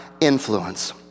influence